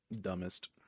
Dumbest